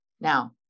Now